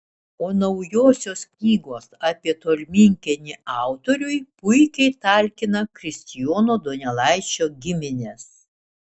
o naujosios knygos apie tolminkiemį autoriui puikiai talkina kristijono donelaičio giminės